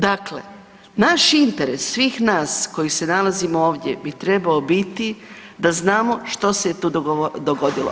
Dakle, naš interes, svih nas koji se nalazimo ovdje bi trebao biti da znamo što se je tu dogodilo.